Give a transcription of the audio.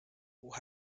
who